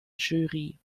jury